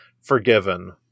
forgiven